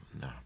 No